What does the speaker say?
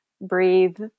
breathe